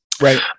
Right